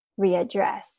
readdress